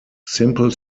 simple